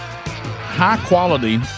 high-quality